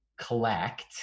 collect